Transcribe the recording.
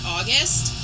August